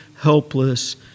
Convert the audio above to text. helpless